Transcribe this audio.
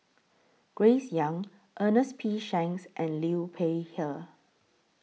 Grace Young Ernest P Shanks and Liu Peihe